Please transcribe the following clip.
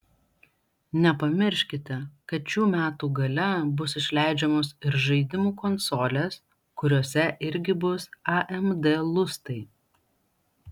nepamirškite kad šių metų gale bus išleidžiamos ir žaidimų konsolės kuriose irgi bus amd lustai